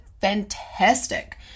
fantastic